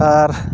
ᱟᱨ